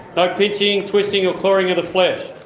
no pinching, twisting or clawing of the flesh.